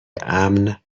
امن